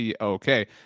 Okay